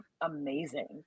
amazing